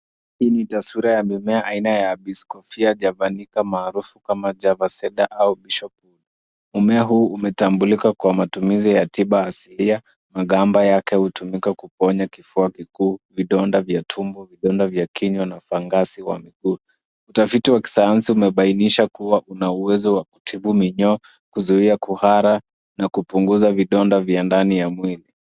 Hii ni taswira ya mmea, unaojulikana kwa jina maarufu. Mmea huu umetambulika kwa matumizi ya tiba asili, ambapo magamba yake hutumika kutibu kikohozi kikuu, vidonda vya tumbo, vidonda vya kinywa, na fangasi wa miguu. Utafiti wa kisayansi umebainisha kuwa una uwezo wa kutibu minyoo, kuzuia kuhara, na kupunguza vidonda ndani ya mwili.